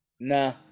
Nah